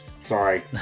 Sorry